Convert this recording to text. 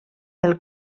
del